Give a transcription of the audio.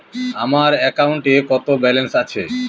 আমার অ্যাকাউন্টে কত ব্যালেন্স আছে?